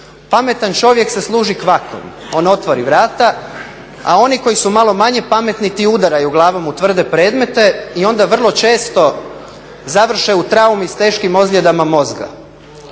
Pametan čovjek se služi kvakom on otvori vrata, a oni koji su malo manje pametni ti udaraju glavom u tvrde predmete i onda vrlo često završe u traumi s teškim ozljedama mozga.